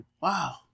Wow